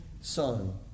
son